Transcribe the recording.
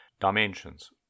dimensions